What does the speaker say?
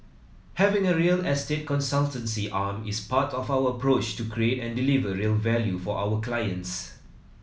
having a real estate consultancy arm is part of our approach to create and deliver real value for our clients